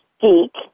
geek